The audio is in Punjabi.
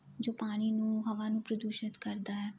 ਜੋ ਪਾਣੀ ਨੂੰ ਹਵਾ ਨੂੰ ਪ੍ਰਦੂਸ਼ਿਤ ਕਰਦਾ ਹੈ